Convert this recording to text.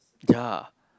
ya